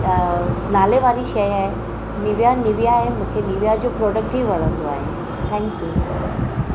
अ नाले वारी शइ आहे निविया निविया आहे मूंखे निविया जो प्रोडक्ट ई वणंदो आहे थैंकयू